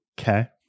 Okay